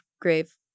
grave